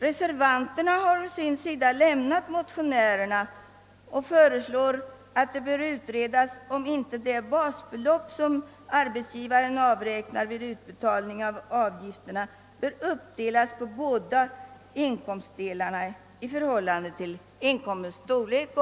Reservanterna har i det fallet gått ifrån motionen och föreslagit att det skall utredas, om inte det basbelopp arbetsgivaren avräknar vid utbetalning av avgifterna bör uppdelas på båda inkomstdelarna i förhållande till respektive inkomsters storlek.